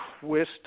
twist